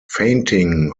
fainting